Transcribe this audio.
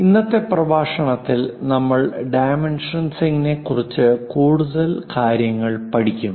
ഇന്നത്തെ പ്രഭാഷണത്തിൽ നമ്മൾ ഡൈമെൻഷനിംഗിനെക്കുറിച്ച് കൂടുതൽ കാര്യങ്ങൾ പഠിക്കും